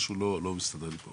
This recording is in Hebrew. משהו לא מסתדר לי פה,